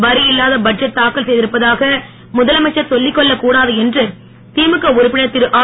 வரி இல்லாத பட்ஜெட் தாக்கல் செய்திருப்பதாக முதலமைச்சர் சொல்லிக் கொள்ளக் கூடாது என்று திமுக உறுப்பினர் திருஆர்